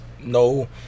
no